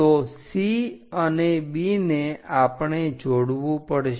તો C અને B ને આપણે જોડવું પડશે